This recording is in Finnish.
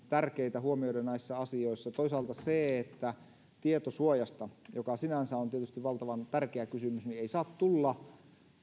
tärkeitä huomioida näissä asioissa toisaalta on se että tietosuojasta joka sinänsä on tietysti valtavan tärkeä kysymys ei saa tulla